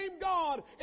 God